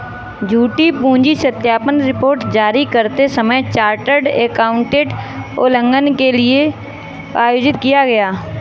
झूठी पूंजी सत्यापन रिपोर्ट जारी करते समय चार्टर्ड एकाउंटेंट उल्लंघन के लिए आयोजित किया गया